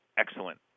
excellent